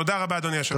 בדרכי אברהם,